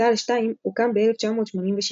צה"ל 2 הוקם ב-1987,